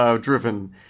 driven